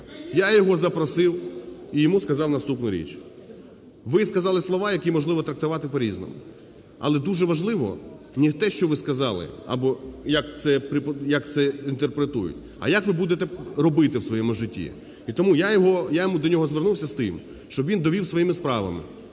Я його запросив і йому сказав наступну річ: ви сказали слова, які можливо трактувати по-різному, але дуже важливо не те, що ви сказали або як це інтерпретують, а як ви будете робити у своєму житті. І тому я до нього звернувся з тим, щоб він довів своїми справами